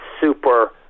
super